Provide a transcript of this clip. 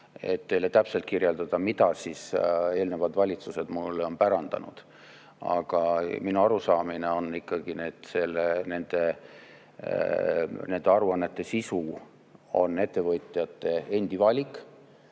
et teile täpselt kirjeldada seda, mida eelnevad valitsused on mulle pärandanud, aga minu arusaamine on ikkagi, et nende aruannete sisu on ettevõtjate endi valik.